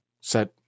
set